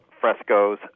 frescoes